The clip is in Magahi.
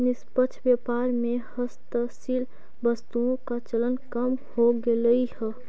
निष्पक्ष व्यापार में हस्तशिल्प वस्तुओं का चलन कम हो गईल है